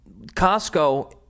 Costco